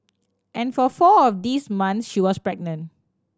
and for four of these months she was pregnant